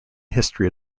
history